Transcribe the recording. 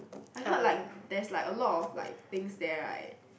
I heard like there's like a lot of like things there right